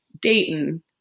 Dayton